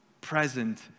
present